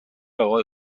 اقای